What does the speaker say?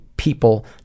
People